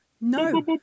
No